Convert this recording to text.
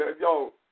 Yo